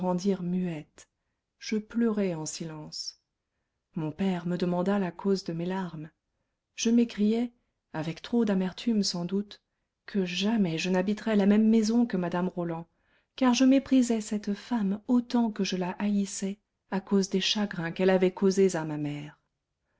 rendirent muette je pleurai en silence mon père me demanda la cause de mes larmes je m'écriai avec trop d'amertume sans doute que jamais je n'habiterais la même maison que mme roland car je méprisais cette femme autant que je la haïssais à cause des chagrins qu'elle avait causés à ma mère